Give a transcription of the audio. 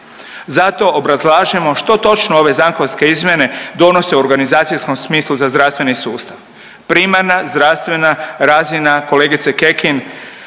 Zato obrazlažemo što točno ove zakonske izmjene donose u organizacijskom smislu za zdravstveni sustav. Primarna zdravstvena razina kolegice Kekin